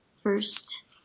first